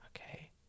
okay